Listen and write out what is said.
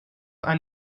ein